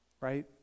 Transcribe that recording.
right